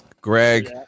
Greg